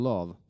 Love